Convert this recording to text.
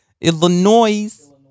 Illinois